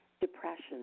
depression